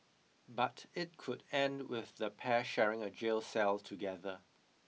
but it could end with the pair sharing a jail cell together